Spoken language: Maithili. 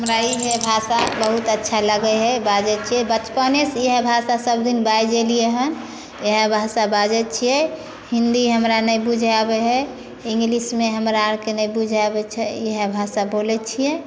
हमरा इहे भाषा बहुत अच्छा लागै हइ बाजै छिए बचपनेसे इहे भाषा सभदिन बाजि अएलिए हन इहे भाषा बाजै छिए हिन्दी हमरा नहि बुझै आबै हइ इन्गलिशमे हमरा आरके नहि बुझै आबै छै इहे भाषा बोलै छिए